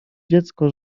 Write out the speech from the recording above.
dziecko